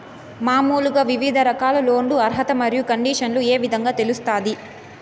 మామూలుగా వివిధ రకాల లోను అర్హత మరియు కండిషన్లు ఏ విధంగా తెలుస్తాది?